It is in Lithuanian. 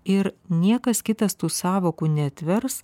ir niekas kitas tų sąvokų neatvers